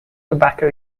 tobacco